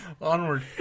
Onward